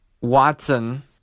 Watson